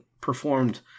performed